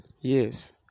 Yes